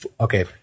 Okay